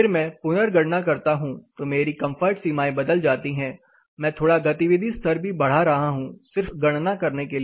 फिर मैं पुनर्गणना करता हूं तो मेरी कंफर्ट सीमाएं बदल जाती है मैं थोड़ा गतिविधि स्तर भी बढ़ा रहा हूं सिर्फ गणना करने के लिए